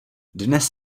dnes